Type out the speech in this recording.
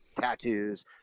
tattoos